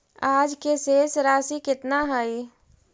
आज के शेष राशि केतना हई?